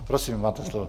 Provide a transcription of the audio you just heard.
Prosím, máte slovo.